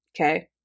okay